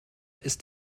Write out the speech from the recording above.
ist